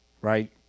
right